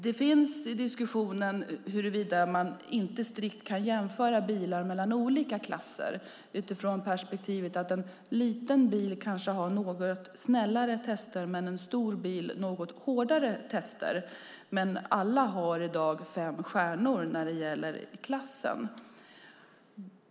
Det förs en diskussion om att man inte strikt kan jämföra bilar mellan olika klasser eftersom en liten bil kanske har något snällare tester men en stor bil något hårdare tester. Men alla har i dag fem stjärnor när det gäller klassen.